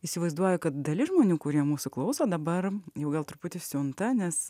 įsivaizduoju kad dalis žmonių kurie mūsų klauso dabar jau gal truputį siunta nes